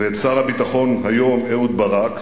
ושר הביטחון היום אהוד ברק,